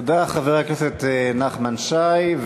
תודה, חבר הכנסת נחמן שי.